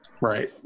Right